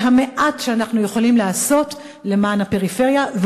זה המעט שאנחנו יכולים לעשות למען הפריפריה,